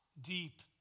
deep